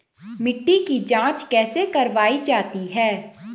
मिट्टी की जाँच कैसे करवायी जाती है?